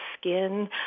skin